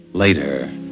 Later